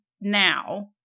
now